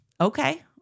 Okay